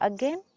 Again